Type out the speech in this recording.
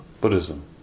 Buddhism